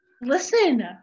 Listen